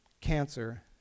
Cancer